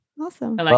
Awesome